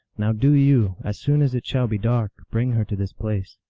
now do you, as soon as it shall be dark, bring her to this place.